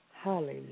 Hallelujah